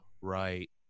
right